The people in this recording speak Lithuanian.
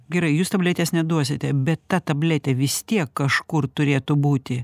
gerai jūs tabletės neduosite bet ta tabletė vis tiek kažkur turėtų būti